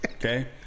okay